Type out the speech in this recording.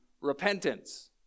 repentance